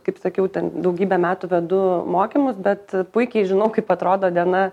kaip sakiau ten daugybę metų vedu mokymus bet puikiai žinau kaip atrodo diena